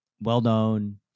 well-known